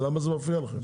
למה הוא מפריע לכם?